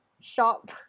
shop